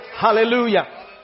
Hallelujah